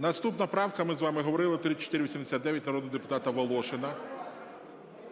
наступна правка, ми з вами говорили, 3489 народного депутата Волошина.